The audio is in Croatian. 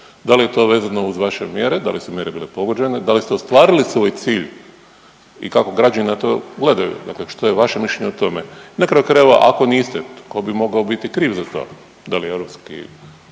da li je to vezano uz vaše mjere, da su mjere bile pogođene, da li ste ostvarili svoj cilj i kako građani na toj gledaju, dakle što je vaše mišljenje o tome? na kraju krajeva ako niste tko bi mogao biti kriv za to, da li europski